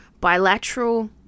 bilateral